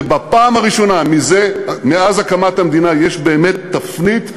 ובפעם הראשונה מאז הקמת המדינה יש באמת תפנית.